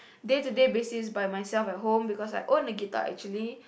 day to day basis by myself on my own cause I own a guitar actually